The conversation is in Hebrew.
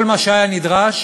כל מה שהיה נדרש